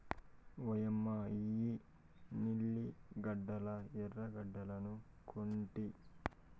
ఓయమ్మ ఇయ్యి లిల్లీ గడ్డలా ఎర్రగడ్డలనుకొంటి